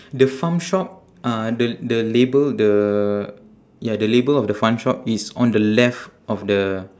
the farm shop uh the the label the ya the label of the fun shop is on the left of the